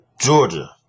Georgia